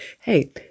hey